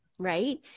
right